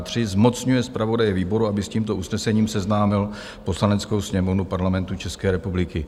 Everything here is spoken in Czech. III. zmocňuje zpravodaje výboru, aby s tímto usnesením seznámil Poslaneckou sněmovnu Parlamentu České republiky.